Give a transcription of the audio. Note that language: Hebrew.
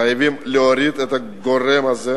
חייבים להוריד את הגורם הזה,